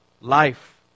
life